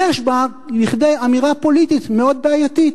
יש בה כדי אמירה פוליטית מאוד בעייתית.